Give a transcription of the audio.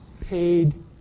paid